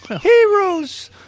Heroes